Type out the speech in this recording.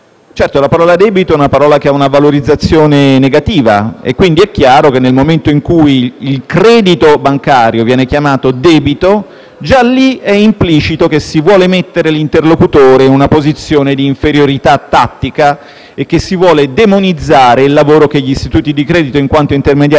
Certo, la parola debito ha una valorizzazione negativa e quindi è chiaro che, nel momento in cui il credito bancario viene chiamato debito, già lì è implicito che si vuole mettere l'interlocutore in una posizione di inferiorità tattica e che si vuole demonizzare il lavoro che gli istituti di credito fanno in quanto intermediari